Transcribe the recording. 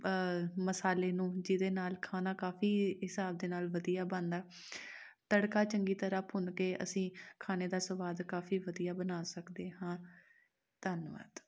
ਮਸਾਲੇ ਨੂੰ ਜਿਹਦੇ ਨਾਲ ਖਾਣਾ ਕਾਫੀ ਹਿਸਾਬ ਦੇ ਨਾਲ ਵਧੀਆ ਬਣਦਾ ਤੜਕਾ ਚੰਗੀ ਤਰਾਂ ਭੁੰਨ ਕੇ ਅਸੀਂ ਖਾਣੇ ਦਾ ਸਵਾਦ ਕਾਫੀ ਵਧੀਆ ਬਣਾ ਸਕਦੇ ਹਾਂ ਧੰਨਵਾਦ